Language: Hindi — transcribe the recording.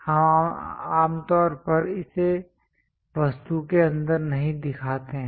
हम आमतौर पर इसे वस्तु के अंदर नहीं दिखाते हैं